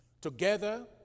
Together